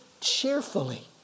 cheerfully